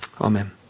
Amen